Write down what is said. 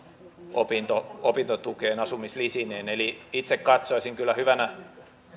opintotukeen asumislisineen eli itse katsoisin kyllä hyvänä